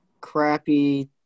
crappy –